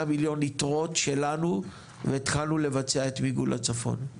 מיליון יתרות שלנו והתחלנו לבצע את מיגון לצפון.